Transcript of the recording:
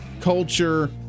culture